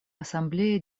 ассамблея